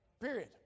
Period